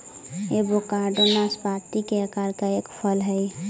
avocado नाशपाती के आकार का एक फल हई